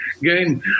game